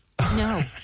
No